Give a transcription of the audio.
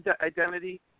identity